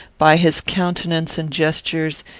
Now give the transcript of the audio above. by his countenance and gestures,